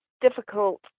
difficult